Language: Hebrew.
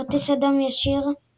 כרטיס אדום ישיר –